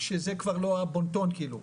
שזה כבר לא הבונטון כאילו,